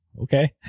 okay